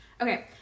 Okay